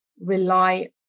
rely